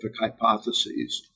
hypotheses